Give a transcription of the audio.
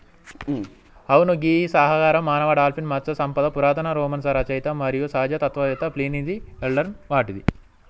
అవును గీ సహకార మానవ డాల్ఫిన్ మత్స్య సంపద పురాతన రోమన్ రచయిత మరియు సహజ తత్వవేత్త ప్లీనీది ఎల్డర్ నాటిది